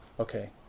okay,